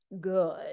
good